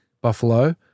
Buffalo